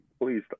please